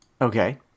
Okay